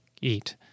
eat